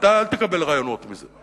אל תקבל רעיונות מזה.